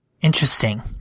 Interesting